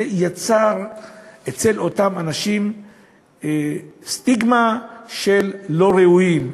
זה יצר אצל אותם אנשים סטיגמה של לא ראויים,